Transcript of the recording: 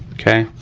okay.